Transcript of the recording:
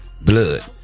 Blood